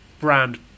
brand